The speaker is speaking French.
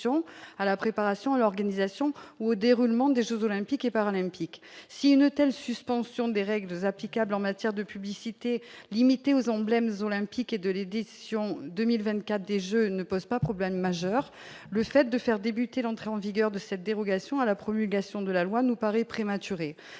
à la préparation à l'organisation ou au déroulement des Jeux olympiques et paralympiques si une telle suspension des règles applicables en matière de publicité limitée aux emblèmes z'olympique et de l'édition 2024 des je ne pose pas problème majeur le fait de faire débuter l'entrée en vigueur de cette dérogation à la promulgation de la loi, nous paraît prématuré,